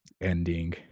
ending